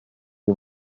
die